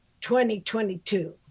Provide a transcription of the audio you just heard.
2022